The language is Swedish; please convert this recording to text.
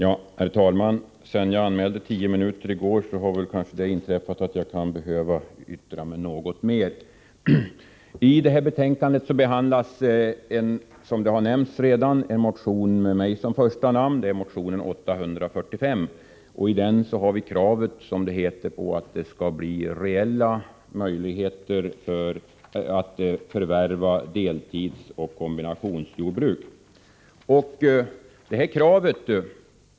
Herr talman! Sedan jag anmälde mig för tio minuters taletid i går har jag upptäckt att jag behöver yttra mig något mer. I detta betänkande behandlas, som redan nämnts, en motion där mitt namn står först, nr 845. I den motionen kräver vi reella möjligheter att förvärva deltidsoch kombinationsjordbruk.